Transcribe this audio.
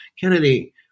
Kennedy